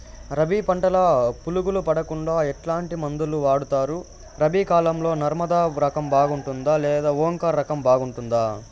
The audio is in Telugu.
రబి పంటల పులుగులు పడకుండా ఎట్లాంటి మందులు వాడుతారు? రబీ కాలం లో నర్మదా రకం బాగుంటుందా లేదా ఓంకార్ రకం బాగుంటుందా?